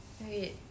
Wait